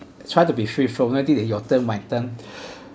try to be free flow I did it your turn my turn